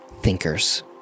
thinkers